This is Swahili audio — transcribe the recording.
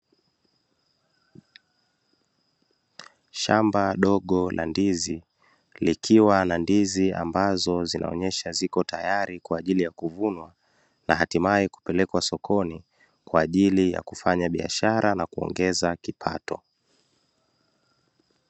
Shamba dogo la ndizi, likiwa na ndizi ambazo zinaonesha ziko tayari kwa ajili ya kuvunwa na hatimaye kupelekwa sokoni kwa ajili ya kufanya biashara na kuongeza kipato.